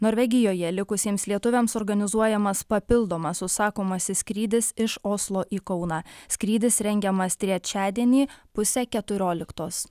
norvegijoje likusiems lietuviams organizuojamas papildomas užsakomasis skrydis iš oslo į kauną skrydis rengiamas trečiadienį pusę keturioliktos